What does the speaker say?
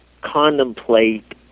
contemplate